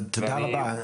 תודה רבה.